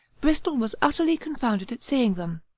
bristol was utterly confounded at seeing them.